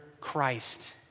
Christ